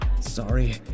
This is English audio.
Sorry